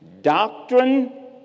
doctrine